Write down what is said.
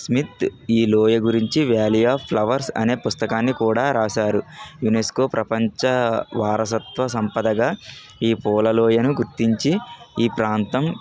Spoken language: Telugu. స్మిత్ ఈ లోయ గురించి వ్యాలీ ఆఫ్ ఫ్లవర్స్ అనే పుస్తకాన్ని కూడా వ్రాసారు యునెస్కో ప్రపంచ వారసత్వ సంపదగా ఈ పూల లోయను గుర్తించి ఈ ప్రాంతం